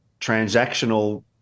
transactional